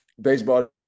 baseball –